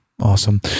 Awesome